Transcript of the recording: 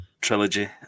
trilogy